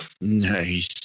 Nice